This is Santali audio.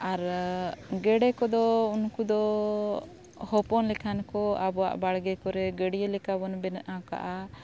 ᱟᱨ ᱜᱮᱰᱮ ᱠᱚᱫᱚ ᱩᱱᱠᱩ ᱫᱚ ᱦᱚᱯᱚᱱ ᱞᱮᱠᱷᱟᱱ ᱠᱚ ᱟᱵᱚᱣᱟᱜ ᱵᱟᱲᱜᱮ ᱠᱚᱨᱮ ᱜᱟᱹᱰᱭᱟᱹ ᱞᱮᱠᱟ ᱵᱚᱱ ᱵᱮᱱᱟᱣ ᱠᱟᱜᱼᱟ